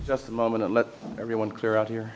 just a moment to let everyone clear out here